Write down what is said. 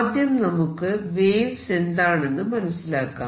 ആദ്യം നമുക്ക് വേവ്സ് എന്താണെന്ന് മനസിലാക്കാം